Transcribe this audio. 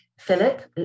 Philip